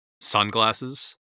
sunglasses